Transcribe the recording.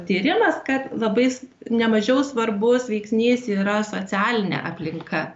tyrimas kad labais nemažiau svarbus veiksnys yra socialinė aplinka